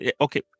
okay